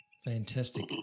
Fantastic